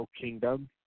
kingdom